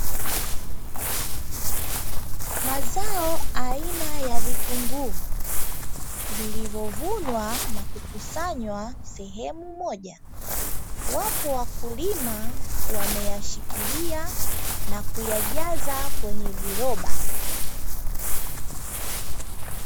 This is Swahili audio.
Mazao aina ya vitunguu vilivyovunwa na kukusanywa sehemu moja, wapo wakulima wameyashikilia na kuyajaza kwenye viroba.